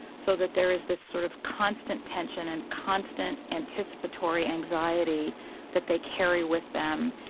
so that there is this sort of constant tension and constant anticipatory anxiety that they carry with them.